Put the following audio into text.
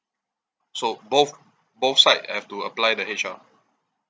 so both both side have to apply the H_R